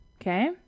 Okay